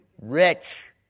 rich